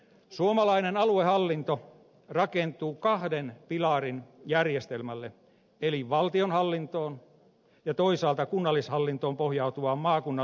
suomalainen aluehallinto rakentuu kahden pilarin järjestelmälle eli valtionhallintoon ja toisaalta kunnallishallintoon pohjautuvaan maakunnan liittojen hallintoon